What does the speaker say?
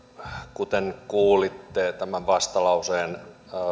kuten kuulitte yksi tämän vastalauseen